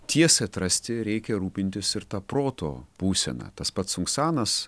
tiesai atrasti reikia rūpintis ir ta proto būsena tas pats sunksanas